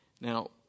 now